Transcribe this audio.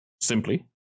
simply